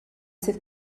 sydd